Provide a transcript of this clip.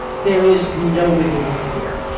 there is no wiggle room here.